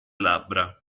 labbra